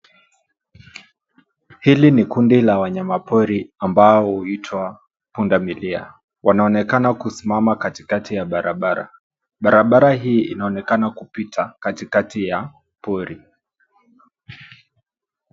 Hili ni kundi la wanyama pori ambao huitwa punda milia wanaonekana kusimama kati kati ya barabara. Barabara hii inaonekana kupita kati kati ya pori.